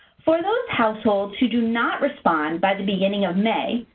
for those households who do not respond by the beginning of may,